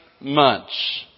months